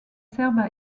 servent